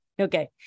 Okay